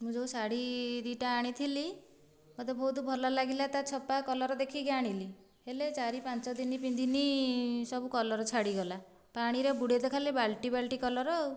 ମୁଁ ଯୋଉ ଶାଢ଼ୀ ଦୁଇଟା ଆଣିଥିଲି ମୋତେ ବହୁତ ଭଲ ଲାଗିଲା ତା'ଛପା କଲର୍ ଦେଖିକି ଆଣିଲି ହେଲେ ଚାରି ପାଞ୍ଚଦିନ ପିନ୍ଧିନି ସବୁ କଲର୍ ଛାଡ଼ିଗଲା ପାଣିରେ ବୁଡ଼ାଇଲେ ଖାଲି ତ ବାଲଟି ବାଲଟି କଲର୍ ଆଉ